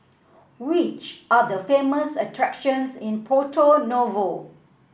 which are the famous attractions in Porto Novo